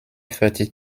thirty